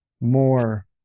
more